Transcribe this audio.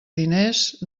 diners